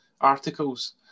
articles